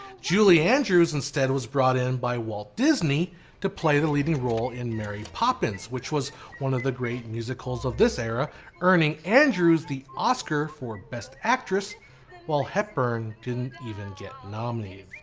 julie andrews instead was brought in by walt disney to play the leading role in mary poppins which was one of the great musicals of this era earning andrews the oscar for best actress while hepburn didn't ever get nominated.